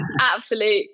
absolute